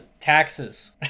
Taxes